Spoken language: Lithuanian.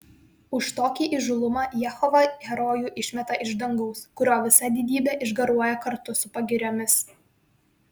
už tokį įžūlumą jehova herojų išmeta iš dangaus kurio visa didybė išgaruoja kartu su pagiriomis